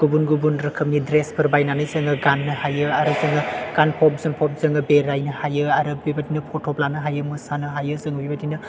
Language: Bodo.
गुबुन गुबुन रोखोमनि द्रेस बायनानै जोङो गाननो हायो आरो जोङो गानफब जोमफब जोङो बेरायनो हायो आरो बेबायदिनो फट' लानो हायो मोसानो हायो जों बेबायदि